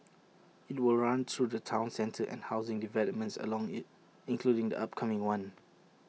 IT will run through the Town centre and housing developments along IT including the upcoming one